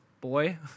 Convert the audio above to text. boy